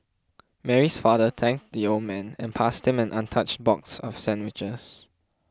Mary's father thanked the old man and passed him an untouched box of sandwiches